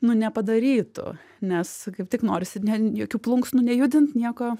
nu nepadarytų nes kaip tik norisi ne jokių plunksnų nejudint nieko